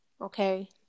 okay